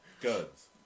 Guns